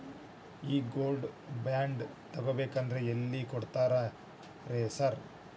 ಈ gold bond ತಗಾಬೇಕಂದ್ರ ಎಲ್ಲಿ ಕೊಡ್ತಾರ ರೇ ಸಾರ್?